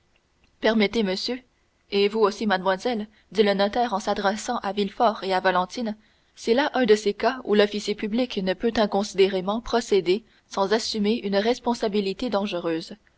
permettez monsieur et vous aussi mademoiselle dit le notaire en s'adressant à villefort et à valentine c'est là un de ces cas où l'officier public ne peut inconsidérément procéder sans assumer une responsabilité dangereuse